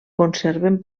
conserven